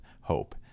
hope